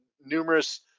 numerous